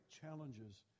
challenges